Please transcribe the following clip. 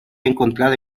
encontrado